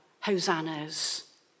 hosannas